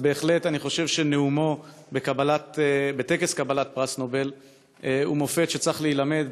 אז אני בהחלט חושב שנאומו בטקס קבלת פרס נובל הוא מופת וצריך להילמד.